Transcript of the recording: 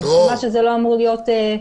אני מסכימה שלא הגיוני שזה יהיה,